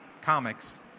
comics